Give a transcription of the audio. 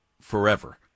forever